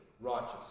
righteous